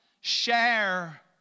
Share